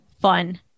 fun